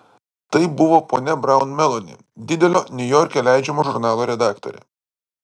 tai buvo ponia braun meloni didelio niujorke leidžiamo žurnalo redaktorė